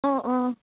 অঁ অঁ